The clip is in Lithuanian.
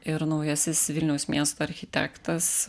ir naujasis vilniaus miesto architektas